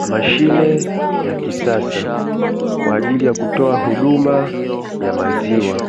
Mashine ya kisasa kwa ajili ya kutoa huduma ya maziwa.